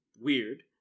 weird